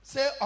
Say